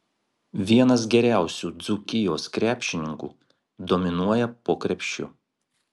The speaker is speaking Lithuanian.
vienas geriausių dzūkijos krepšininkų dominuoja po krepšiu